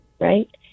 Right